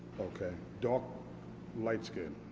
okay, dark light skin.